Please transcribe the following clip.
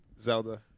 Zelda